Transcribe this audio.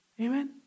Amen